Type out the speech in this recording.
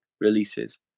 releases